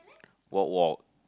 walk walk